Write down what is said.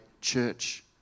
church